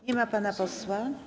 Nie ma pana posła.